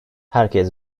herkes